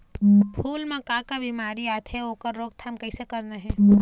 फूल म का का बिमारी आथे अउ ओखर रोकथाम कइसे करना हे?